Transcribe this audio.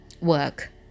work